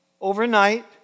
Overnight